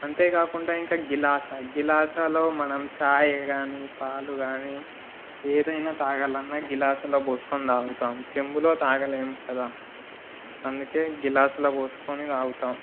అంతేకాకుండా ఇంకా గ్లాసు గ్లాసులో మనం ఛాయి కానీ పాలు కానీ ఏదైనా తాగాలి అన్నా గ్లాసులో పోసుకుని తాగుతాము చెంబులో తాగలేం కదా అందుకే గ్లాసులో పోసుకుని తాగుతాం